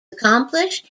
accomplished